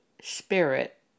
Spirit